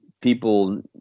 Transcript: People